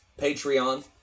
patreon